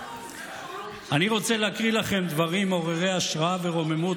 אני רוצה להקריא לכם דברים מעוררי השראה ורוממות